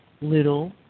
little